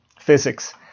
physics